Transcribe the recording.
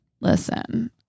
Listen